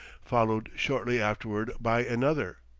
followed shortly afterward by another,